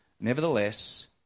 Nevertheless